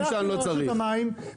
אני לא מכיר את המקרה הזה.